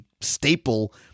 staple